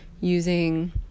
using